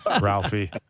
Ralphie